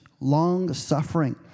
long-suffering